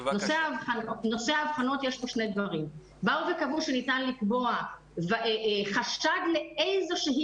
בנושא האבחנות יש שני דברים: קבעו שניתן לקבוע חשד לאיזושהי